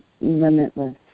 limitless